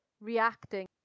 reacting